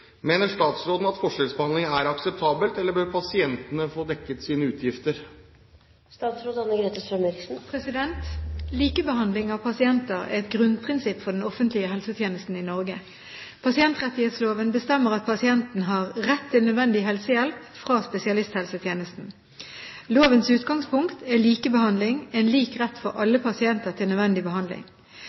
Mener statsråden forskjellsbehandlingen er akseptabel, eller bør pasientene få dekket sine utgifter?» Likebehandling av pasienter er et grunnprinsipp for den offentlige helsetjenesten i Norge. Pasientrettighetsloven bestemmer at pasienten har rett til nødvendig helsehjelp fra spesialisthelsetjenesten. Lovens utgangspunkt er likebehandling, en lik rett for alle pasienter til nødvendig behandling.